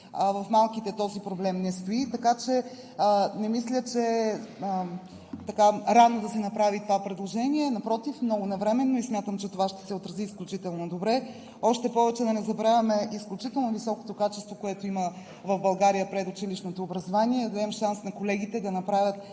в малките, този проблем не стои, така че не мисля, че е рано да се направи това предложение, а напротив – много навременно, и смятам, че това ще се отрази изключително добре. Още повече да не забравяме изключително високото качество, което има предучилищното образование в България, а да дадем шанс на колегите да направят